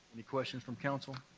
any questions from council?